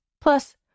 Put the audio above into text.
Plus